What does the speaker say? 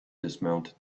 dismounted